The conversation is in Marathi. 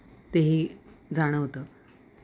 तेही जाणवतं